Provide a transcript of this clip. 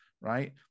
Right